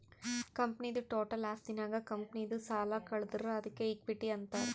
ಕಂಪನಿದು ಟೋಟಲ್ ಆಸ್ತಿನಾಗ್ ಕಂಪನಿದು ಸಾಲ ಕಳದುರ್ ಅದ್ಕೆ ಇಕ್ವಿಟಿ ಅಂತಾರ್